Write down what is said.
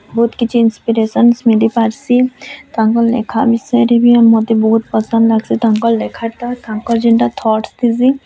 ବହୁତ୍ କିଛି ଇନ୍ସ୍ପିରେସନ୍ସ୍ ମିଲି ପାର୍ସି ତାଙ୍କର୍ ଲେଖା ବିଷୟରେ ବି ମତେ ବହୁତ୍ ପସନ୍ଦ୍ ଲାଗ୍ସି ତାଙ୍କର୍ ଲେଖାଟା ତାଙ୍କର୍ ଯେନ୍ତା ଥଟ୍ସ୍ ଥିସି